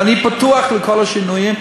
ואני פתוח לכל השינויים,